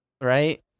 Right